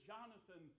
Jonathan